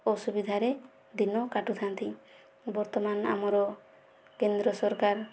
ଅସୁବିଧାରେ ଦିନ କାଟୁ ଥାଆନ୍ତି ବର୍ତ୍ତମାନ ଆମର କେନ୍ଦ୍ର ସରକାର